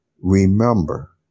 Remember